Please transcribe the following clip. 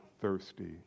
thirsty